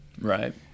right